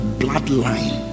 bloodline